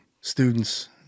students